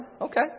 Okay